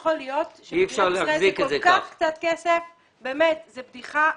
יכול להיות שזה כל כך קצת כסף ולא נותנים.